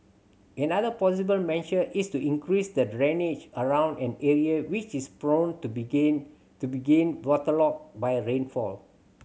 another possible measure is to increase the drainage around an area which is prone to being to being waterlogged by rainfall